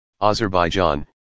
Azerbaijan